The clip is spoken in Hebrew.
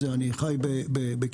אני חי בקיבוץ,